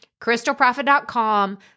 crystalprofit.com